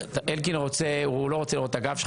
אלקין לא רוצה לראות את הגב שלך,